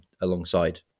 alongside